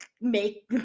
make